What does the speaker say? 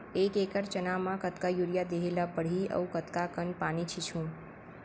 एक एकड़ चना म कतका यूरिया देहे ल परहि अऊ कतका कन पानी छींचहुं?